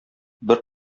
бер